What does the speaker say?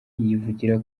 yivugira